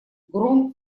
гром